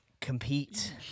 compete